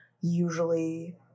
usually